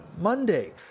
Monday